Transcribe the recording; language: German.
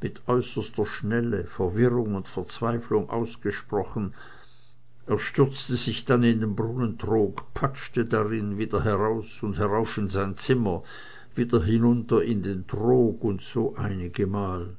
mit äußerster schnelle verwirrung und verzweiflung ausgesprochen er stürzte sich dann in den brunnentrog patschte darin wieder heraus und herauf in sein zimmer wieder herunter in den trog und so einigemal